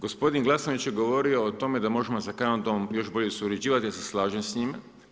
Gospodin Glasnović je govorio o tome da možemo za Kanadom još bolje surađivati, ja se slažem s njim.